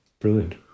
brilliant